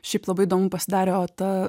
šiaip labai įdomu pasidarė o ta